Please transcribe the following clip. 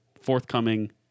forthcoming